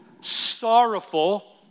Sorrowful